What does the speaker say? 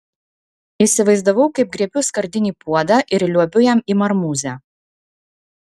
įsivaizdavau kaip griebiu skardinį puodą ir liuobiu jam į marmūzę